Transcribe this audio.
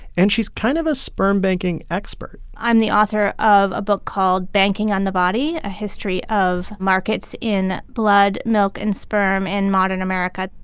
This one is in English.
and she's kind of a sperm banking expert i'm the author of a book called banking on the body a history of markets in blood, milk, and sperm in and modern america.